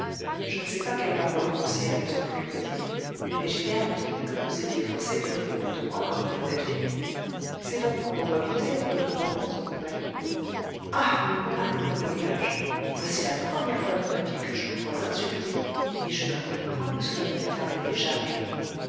je ne sais pas quelles paroles grossières ils ont voulu me dire mais j'ai bien entendu que vous étiez forcé de répondre de moi comme d'une honnête fille c'est donc qu'on en doit douter en me trouvant en votre compagnie ah le malheureux voyage voici la première fois de ma vie que je me vois insultée et je ne croyais point que cela me dût arriver jamais